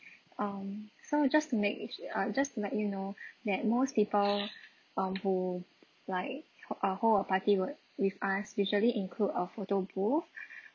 um so just to make uh err just to let you know that most people um who like uh hold a party wi~ with us usually include a photo booth